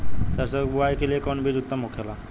सरसो के बुआई के लिए कवन बिज उत्तम होखेला?